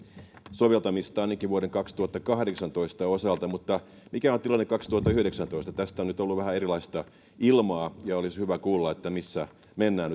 soveltamista ainakin vuoden kaksituhattakahdeksantoista osalta mutta mikä on tilanne kaksituhattayhdeksäntoista tästä on ollut vähän erilaista ilmaa ja nyt olisi hyvä hallitukselta kuulla missä mennään